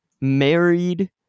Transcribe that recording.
married